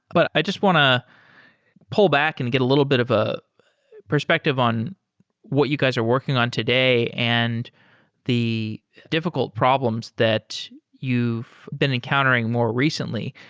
but i just want to pull back and get a little bit of a perspective on what you guys are working on today and the difficult problems that you've been encountering more recently.